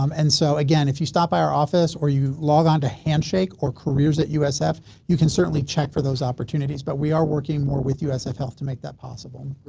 um and so again, if you stop by our office or you log on to handshake or careers at usf you can certainly check for those opportunities, but we are working more with usf health to make that possible.